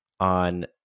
On